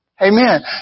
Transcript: Amen